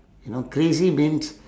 you know crazy means